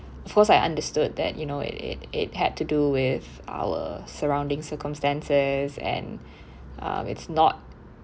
of course I understood that you know it it it had to do with our surrounding circumstances and uh it's not